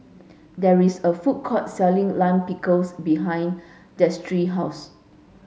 there is a food court selling Lime Pickles behind Destry house